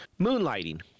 Moonlighting